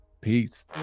peace